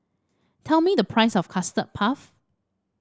tell me the price of Custard Puff